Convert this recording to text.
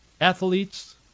athletes